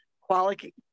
quality